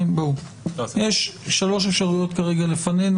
יש שלוש אפשרויות כרגע לפנינו,